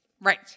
Right